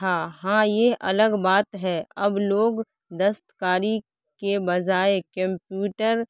تھا ہاں یہ الگ بات ہے اب لوگ دستکاری کے بجائے کیمپیوٹر